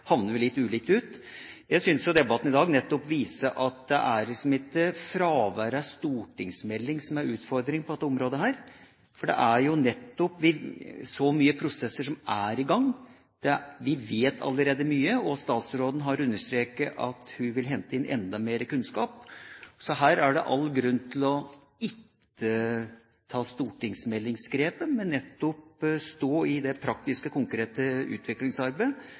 vi litt ulikt ut. Jeg synes debatten i dag nettopp viser at det ikke er fraværet av stortingsmelding som er utfordringen på dette området, for det er jo så mange prosesser i gang. Vi vet allerede mye, og statsråden har understreket at hun vil hente inn enda mer kunnskap. Her er det all grunn til ikke å ta stortingsmeldingsgrepet, men stå i det praktiske, konkrete utviklingsarbeidet